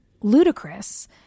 ludicrous